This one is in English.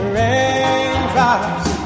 raindrops